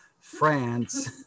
France